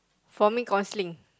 for me counselling